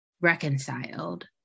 reconciled